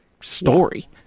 story